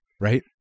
right